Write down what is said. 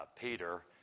Peter